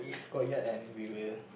courtyard and we will